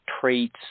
traits